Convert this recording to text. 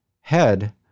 head